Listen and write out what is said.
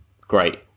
great